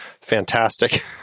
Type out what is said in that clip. Fantastic